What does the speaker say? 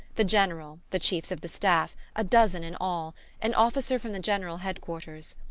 the general, the chiefs of the staff a dozen in all an officer from the general head-quarters.